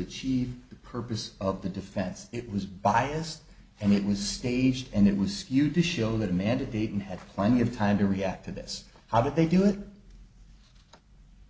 achieve the purpose of the defense it was biased and it was staged and it was skewed to show that amanda didn't have plenty of time to react to this how did they do it